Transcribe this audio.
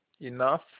enough